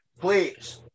Please